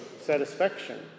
satisfaction